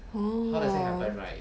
hor